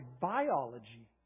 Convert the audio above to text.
biology